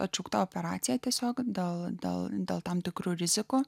atšaukta operacija tiesiog dėl gal dėl tam tikrų rizikų